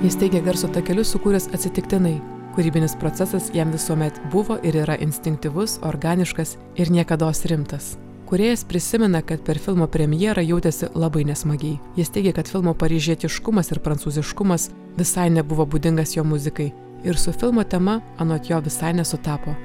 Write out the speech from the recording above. jis teigė garso takelius sukūręs atsitiktinai kūrybinis procesas jam visuomet buvo ir yra instinktyvus organiškas ir niekados rimtas kūrėjas prisimena kad per filmo premjerą jautėsi labai nesmagiai jis teigė kad filmo paryžietiškumas ir prancūziškumas visai nebuvo būdingas jo muzikai ir su filmo tema anot jo visai nesutapo